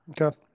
okay